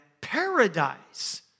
paradise